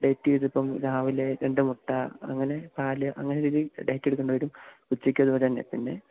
diet ചെയ്തിപ്പം രാവിലെ രണ്ട് മുട്ട അങ്ങനെ പാല് അങ്ങനെ ഡേയ്ലി ഡയറ്റെടുക്കേണ്ടി വരും ഉച്ചക്കത് പോലെ തന്നെ പിന്നെ